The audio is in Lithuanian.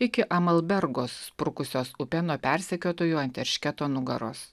iki amalbergos sprukusios upe nuo persekiotojų ant eršketo nugaros